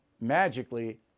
magically